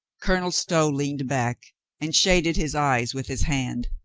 colonel stow leaned back and shaded his eyes with his hand.